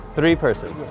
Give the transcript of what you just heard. three person.